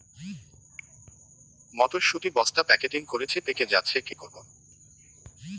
মটর শুটি বস্তা প্যাকেটিং করেছি পেকে যাচ্ছে কি করব?